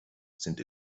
sind